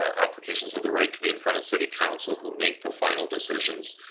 ah applications have the right to be in front of city council who make the final decisions.